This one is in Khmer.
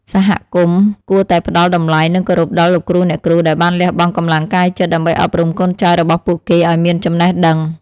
សហគមន៍គួរតែផ្តល់តម្លៃនិងគោរពដល់លោកគ្រូអ្នកគ្រូដែលបានលះបង់កម្លាំងកាយចិត្ត ដើម្បីអប់រំកូនចៅរបស់ពួកគេឱ្យមានចំណេះដឹង។